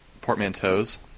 portmanteaus